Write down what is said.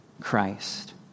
Christ